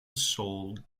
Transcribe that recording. soul